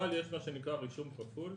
אבל יש מה שנקרא רישום כפול.